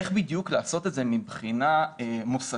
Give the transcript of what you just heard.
איך בדיוק לעשות את זה מבחינה מוסדית,